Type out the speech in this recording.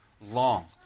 long